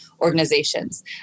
organizations